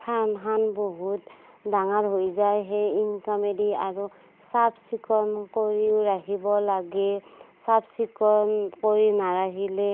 ফাৰ্মখন বহুত ডাঙৰ হৈ যায় সেই ইনকামেদি আৰু চাফ চিকুণ কৰিও ৰাখিব লাগে চাফ চিকুণ কৰি নাৰাখিলে